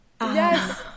Yes